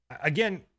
again